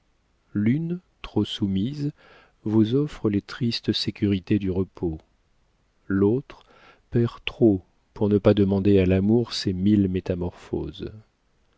l'une trop soumise vous offre les tristes sécurités du repos l'autre perd trop pour ne pas demander à l'amour ses mille métamorphoses